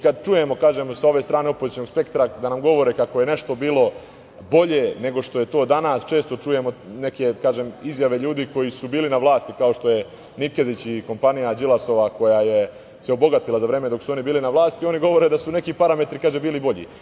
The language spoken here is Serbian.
Kada čujemo, kažem, sa ove strane opozicionog spektra, da nam govore kako je nešto bilo bolje nego što je to danas, često čujemo neke izjave ljudi koji su bili na vlasti, kao što je Nikezić i kompanija Đilasova koja se obogatila za vreme dok su oni bili na vlasti, oni govore da su neki parametri bili bolji.